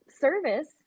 service